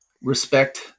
respect